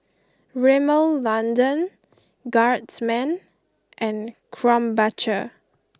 Rimmel London Guardsman and Krombacher